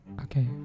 okay